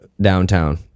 downtown